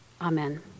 Amen